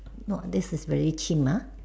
not this is very chim ah